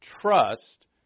trust